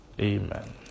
Amen